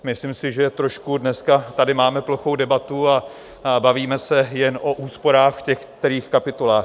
Myslím si, že trošku dneska tady máme plochou debatu a bavíme se jen o úsporách v těch kterých kapitolách.